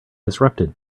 disrupted